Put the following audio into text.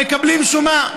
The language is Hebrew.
מקבלים שומה.